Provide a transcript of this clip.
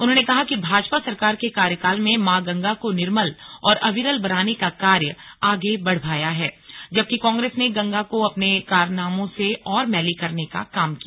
उन्होंने कहा कि भाजपा सरकार के कार्यकाल में मां गंगा को निर्मल और अविरल बनाने का कार्य आगे बढ़ पाया है जबकि कांग्रेस ने गंगा को अपने कारनामों से और मैली करने का काम किया